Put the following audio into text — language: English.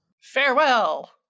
Farewell